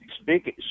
speaking